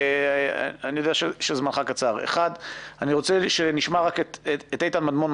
אני רוצה שנשמע את איתן מדמון,